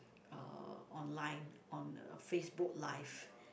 uh online on a Facebook live